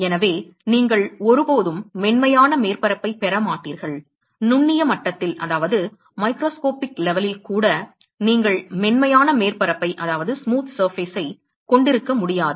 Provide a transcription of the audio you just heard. எனவே நீங்கள் ஒருபோதும் மென்மையான மேற்பரப்பைப் பெற மாட்டீர்கள் நுண்ணிய மட்டத்தில் கூட நீங்கள் மென்மையான மேற்பரப்பைக் கொண்டிருக்க முடியாது